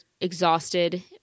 exhausted